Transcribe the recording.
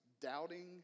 doubting